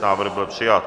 Návrh byl přijat.